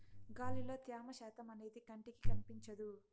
గాలిలో త్యమ శాతం అనేది కంటికి కనిపించదు